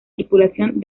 tripulación